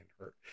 hurt